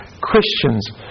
Christians